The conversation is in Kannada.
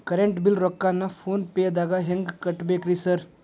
ಕರೆಂಟ್ ಬಿಲ್ ರೊಕ್ಕಾನ ಫೋನ್ ಪೇದಾಗ ಹೆಂಗ್ ಕಟ್ಟಬೇಕ್ರಿ ಸರ್?